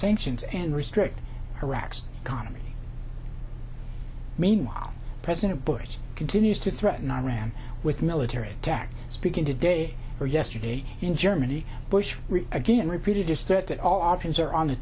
sanctions and restrict iraq's economy meanwhile president bush continues to threaten iran with military attack speaking today or yesterday in germany bush again repeated his threat that all options are on the